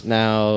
now